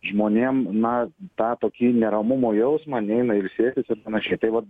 žmonėm na tą tokį neramumo jausmą neina ilsėtis ir panašiai tai vat